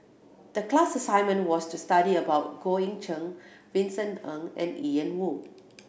the class assignment was to study about Goh Eck Kheng Vincent Ng and Ian Woo